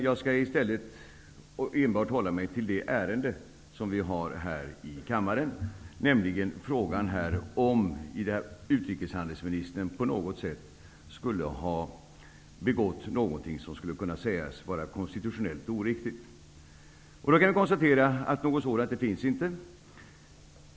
Jag skall i stället enbart hålla mig till det ärende som vi har här i kammaren, nämligen frågan om utrikeshandelsministern på något sätt skulle ha begått någonting som kan sägas vara konstitutionellt oriktigt. Då kan jag konstatera att något sådant finns inte.